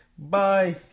Bye